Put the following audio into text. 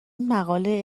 مقاله